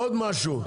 עוד משהו.